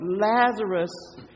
Lazarus